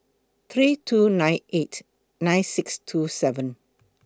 three two nine eight nine six two seven